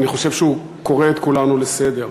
ואני חושב שהוא קורא את כולנו לסדר.